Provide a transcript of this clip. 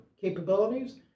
capabilities